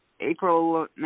April